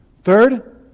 Third